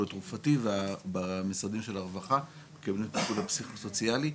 התרופתי ובמשרדים של הרווחה מקבלים את הטיפול הפסיכוסוציאלי,